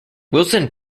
willson